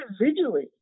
individually